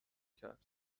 کرد